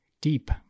deep